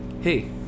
Hey